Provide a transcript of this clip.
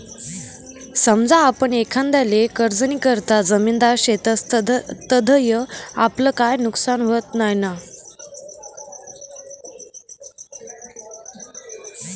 समजा आपण एखांदाले कर्जनीकरता जामिनदार शेतस तधय आपलं काई नुकसान व्हत नैना?